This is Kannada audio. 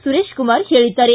ಸುರೇಶ್ ಕುಮಾರ್ ಹೇಳಿದ್ದಾರೆ